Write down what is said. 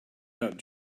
out